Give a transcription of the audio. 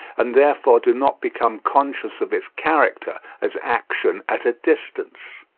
and therefore do not become conscious of its character as action at a distance.